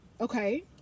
okay